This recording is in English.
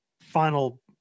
final